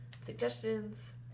suggestions